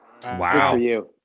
Wow